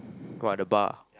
what the bar ah